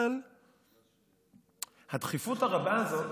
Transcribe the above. אבל הדחיפות הרבה הזאת